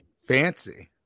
Fancy